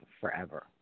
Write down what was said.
forever